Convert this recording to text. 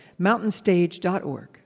mountainstage.org